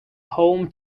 home